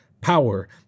power